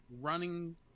running